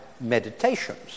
meditations